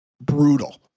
brutal